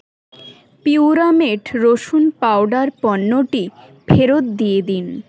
পিউরামেট রসুন পাউডার পণ্যটি ফেরত দিয়ে দিন